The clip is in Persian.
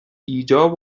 ایجاب